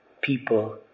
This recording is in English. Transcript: people